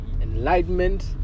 enlightenment